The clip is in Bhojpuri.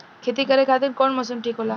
खेती करे खातिर कौन मौसम ठीक होला?